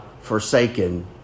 forsaken